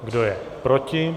Kdo je proti?